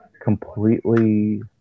completely